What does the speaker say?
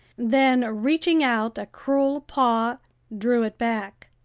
then reaching out a cruel paw drew it back.